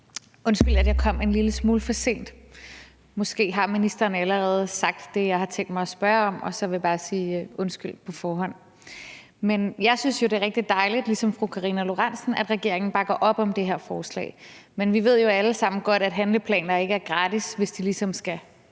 Undskyld, at jeg kom en lille smule for sent. Måske har ministeren allerede sagt det, jeg har tænkt mig at spørge om, og så vil jeg bare sige undskyld på forhånd. Jeg synes jo ligesom fru Karina Lorentzen Dehnhardt, at det er rigtig dejligt, at regeringen bakker op om det her forslag, men vi ved jo alle sammen godt, at handleplaner ikke er gratis, hvis de ligesom skal